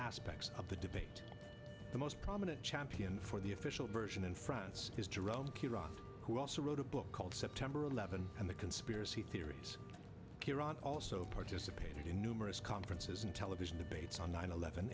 aspects of the debate the most prominent champion for the official version in france is to rome kirov who also wrote a book called september eleventh and the conspiracy theories kieron also participated in numerous conferences in television debates on nine eleven